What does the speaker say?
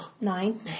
nine